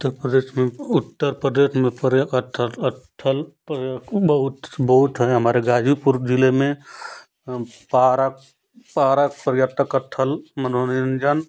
उत्तर प्रदेश में उत्तर प्रदेश में पर्यटक स्थल स्थल पर्यटक बहुत बहुत हैं हमारे गाजीपुर ज़िले में सारा पर्यटक स्थल मनोरंजन